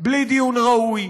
בלי דיון ראוי,